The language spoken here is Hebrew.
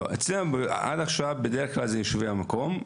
אצלנו עד עכשיו בדרך כלל זה יושבי המקום,